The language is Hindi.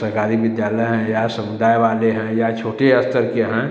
सरकारी विद्यालय हैं या समुदाय वाले हैं या छोटे स्तर के हैं